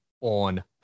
on